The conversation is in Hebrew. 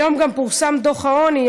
היום גם פורסם דוח העוני,